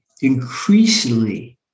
increasingly